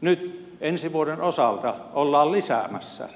nyt ensi vuoden osalta ollaan lisäämässä